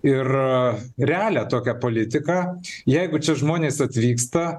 ir realią tokią politiką jeigu čia žmonės atvyksta